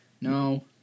No